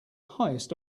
highest